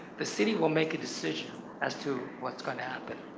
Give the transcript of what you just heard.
the city will make a decision as to what's going to happen.